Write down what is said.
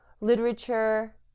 literature